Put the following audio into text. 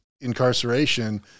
incarceration